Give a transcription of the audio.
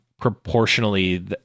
proportionally